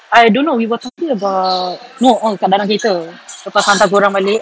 I don't know we were talking about oh no kat dalam kereta lepas hantar kau orang balik